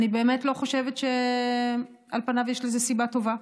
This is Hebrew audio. אני באמת לא חושבת שעל פניו יש לזה סיבה טובה.